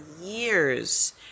years